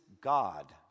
God